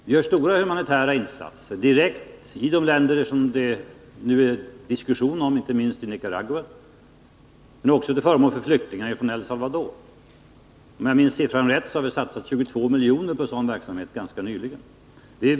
Vi gör stora humanitära insatser direkt i de länder som det nu är diskussion om, inte minst i Nicaragua, men också till förmån för flyktingar från El Salvador. Om jag minns beloppet rätt, har vi satsat 22 milj.kr. på sådan verksamhet ganska nyligen.